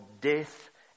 death